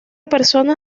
persona